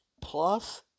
plus